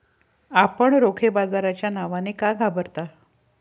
आपण रोखे बाजाराच्या नावाने का घाबरता?